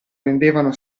rendevano